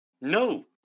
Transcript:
No